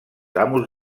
amos